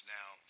now